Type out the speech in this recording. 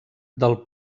del